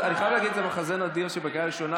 אני חייב להגיד שזה מחזה נדיר שבקריאה ראשונה